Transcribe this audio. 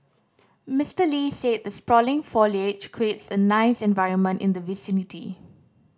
Mister Lee said the sprawling foliage creates a nice environment in the vicinity